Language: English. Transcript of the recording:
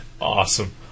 awesome